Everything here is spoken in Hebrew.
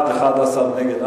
ההצעה להעביר את הנושא לוועדה